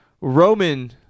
Roman